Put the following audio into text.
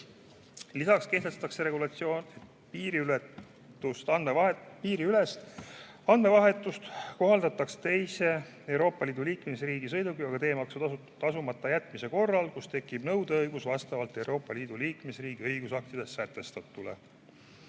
Lisaks kehtestatakse regulatsioon, et piiriülest andmevahetust kohaldataks teise Euroopa Liidu liikmesriigi sõiduki teemaksu tasumata jätmise korral, kus tekib nõudeõigus vastavalt Euroopa Liidu liikmesriigi õigusaktides sätestatule. Vaatamata